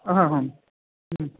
हा हा हां